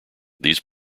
these